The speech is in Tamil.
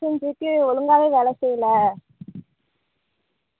ஆ எனக்கு வந்து எந்த கம்பெனி பெஸ்ட்டுங்கிறதில் கொஞ்சம் சந்தேகம் இருக்கு